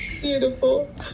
Beautiful